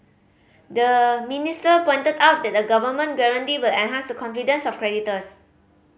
the minister pointed out that a government guarantee will enhance the confidence of creditors